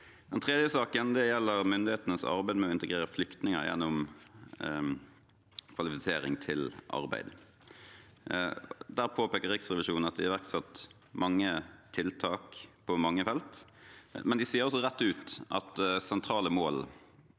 Den tredje saken gjelder myndighetenes arbeid med å integrere flyktninger gjennom kvalifisering til arbeid. Der påpeker Riksrevisjonen at det er iverksatt mange tiltak på mange felt, men de sier også rett ut at for sentrale mål,